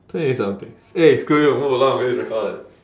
twenty something eh screw you move along eh